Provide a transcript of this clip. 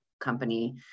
company